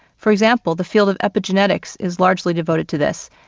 for example, the field of epigenetics is largely devoted to this.